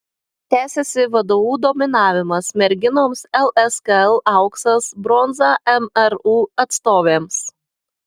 tęsiasi vdu dominavimas merginoms lskl auksas bronza mru atstovėms